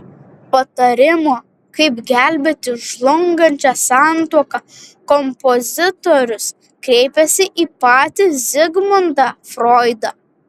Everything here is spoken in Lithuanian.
patarimo kaip gelbėti žlungančią santuoką kompozitorius kreipėsi į patį zigmundą froidą